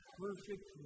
perfect